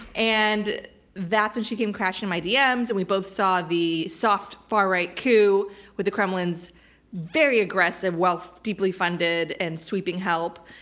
and that's when she came crashing in my dms. and we both saw the soft far-right coup with the kremlin's very aggressive wealth, deeply-funded and sweeping help.